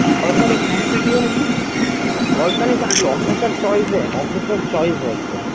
आयँ सर एक नए पेटी पर ऑफर है सर ऑफिसर्स चॉइस है ऑफिसर्स चॉइस है अभी तो